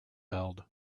held